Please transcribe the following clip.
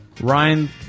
Ryan